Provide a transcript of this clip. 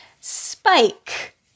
Spike